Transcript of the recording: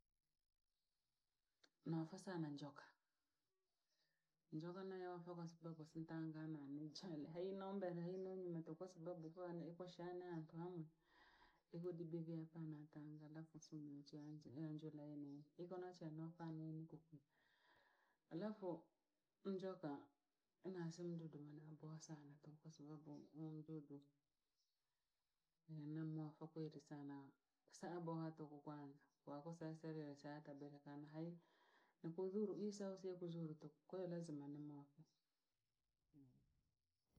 Noofa sana njoka, njoka nayo nfokosi bogosi nitanga na ni nchene hei no mbere nhai no nyuma tu kwasababu flani ikushana nfamu, ikudibidi apana antanga alafu nsumeniachia nje- nanjulaene, ikonanche no fanya inkuku. Alafu njoka, nansumdudu anaboa sana tu kwa sababu umdudu, munamwafwakeli sana sa aboa tuhu kwanza kwa kuseserie shatabehe kanahe ni kudhuru iso siye kuzuru tu, koo lazima nimuafa.